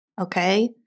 okay